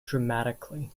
dramatically